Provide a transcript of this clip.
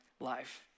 life